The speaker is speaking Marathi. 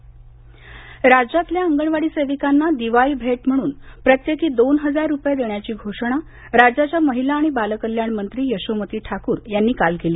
यशोमती ठाक्र राज्यातल्या अंगणवाडी सेविकांना दिवाळी भेट म्हणून प्रत्येकी दोन हजार रुपये देण्याची घोषणा राज्याच्या महिला आणि बालकल्याण मंत्री यशोमती ठाकूर यांनी काल केली